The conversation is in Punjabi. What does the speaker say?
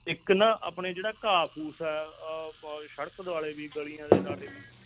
ਇੱਕ ਨਾ ਆਪਣੇ ਜਿਹੜਾ ਘਾਹ ਫੂਸ ਆ ਬ ਸੜਕ ਦੁਆਲੇ ਵੀ ਗਲੀਆਂ ਦੇ ਨਾਲ ਵੀ